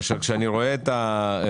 כאשר אני רואה את ההחלטה